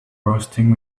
bursting